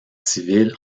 civils